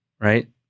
right